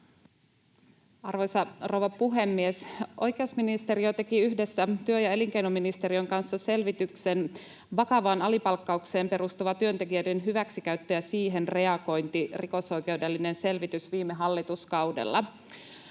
Arvoisa rouva puhemies! Oikeusministeriö teki viime hallituskaudella yhdessä työ‑ ja elinkeinoministeriön kanssa selvityksen ”Vakavaan alipalkkaukseen perustuva työntekijöiden hyväksikäyttö ja siihen reagointi: Rikosoikeudellinen selvitys”. Lainsäädännön